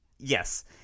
Yes